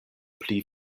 pli